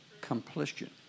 completion